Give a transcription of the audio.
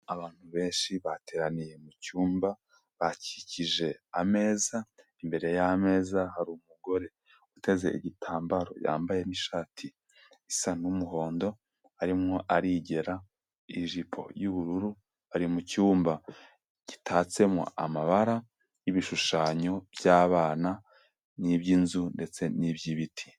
Abantu benshi bateraniye mu cyumba bakikije ameza, imbere y'ameza hari umugore uteze igitambaro yambaye n'ishati isa n'umuhondo arimo arigera ijipo y'ubururu, ari mu cyumba gitatsemo amabara y'ibishushanyo by'abana n'iby'inzu ndetse n'iby'ibiti.